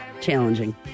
Challenging